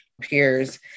peers